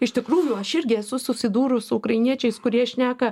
iš tikrųjų aš irgi esu susidūrus su ukrainiečiais kurie šneka